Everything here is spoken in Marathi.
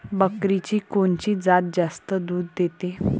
बकरीची कोनची जात जास्त दूध देते?